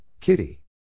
Kitty